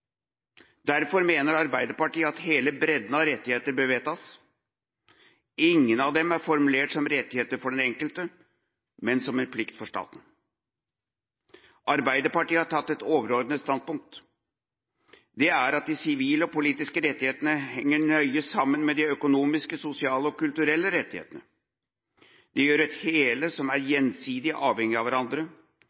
Derfor mener Arbeiderpartiet at hele bredden av rettigheter bør vedtas. Ingen av dem er formulert som rettigheter for den enkelte, men som en plikt for staten. Arbeiderpartiet har tatt et overordnet standpunkt. Det er at de sivile og politiske rettighetene henger nøye sammen med de økonomiske, sosiale og kulturelle rettighetene. De utgjør et hele som er gjensidig avhengige av hverandre,